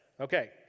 Okay